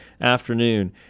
afternoon